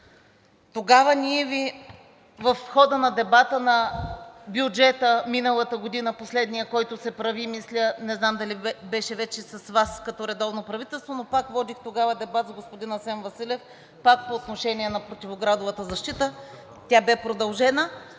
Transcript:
Тогава в хода на дебата на бюджета миналата година – последният, който се прави, не знам дали беше вече с Вас като редовно правителство, но пак водих тогава дебат с господин Асен Василев пак по отношение на противоградовата защита, тя бе продължена.